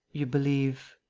you believe?